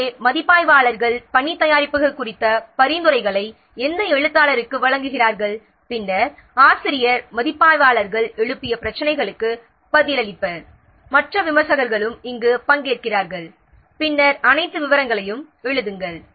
இங்கே மதிப்பாய்வாளர்கள் பணி தயாரிப்புகள் குறித்த பரிந்துரைகளை எந்த எழுத்தாளருக்கு வழங்குகிறார்கள் பின்னர் ஆசிரியர் மதிப்பாய்வாளர்கள் எழுப்பிய பிரச்சினைகளுக்கு பதிலளிப்பார் மற்ற விமர்சகர்களும் இங்கு பங்கேற்கிறார்கள் பின்னர் அனைத்து விவரங்களையும் எழுதுங்கள்